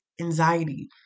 anxiety